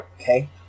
Okay